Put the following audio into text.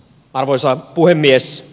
arvoisa puhemies